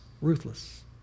ruthless